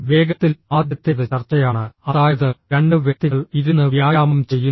വേഗത്തിൽ ആദ്യത്തേത് ചർച്ചയാണ് അതായത് രണ്ട് വ്യക്തികൾ ഇരുന്ന് വ്യായാമം ചെയ്യുന്നു